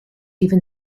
even